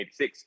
1986